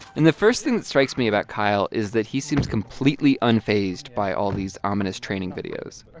and the first thing that strikes me about kyle is that he seems completely unfazed by all these ominous training videos.